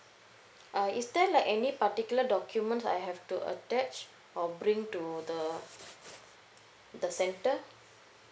uh is there like any particular documents I have to attach or bring to the the center